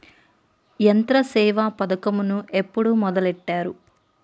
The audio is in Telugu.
యంత్రసేవ పథకమును ఎప్పుడు మొదలెట్టారు?